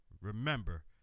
remember